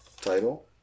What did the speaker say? title